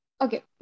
Okay